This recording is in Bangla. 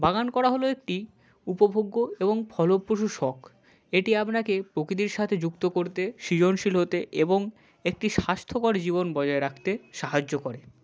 বাগান করা হলো একটি উপভোগ্য এবং ফলপ্রসূ শখ এটি আপনাকে প্রকৃতির সাথে যুক্ত করতে সৃজনশীল হতে এবং একটি স্বাস্থ্যকর জীবন বজায় রাখতে সাহায্য করে